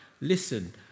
listen